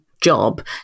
job